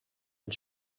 und